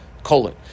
Colon